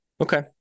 Okay